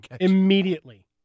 immediately